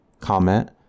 comment